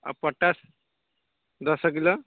ଆଉ ପଟାସ୍ ଦଶ କିଲୋ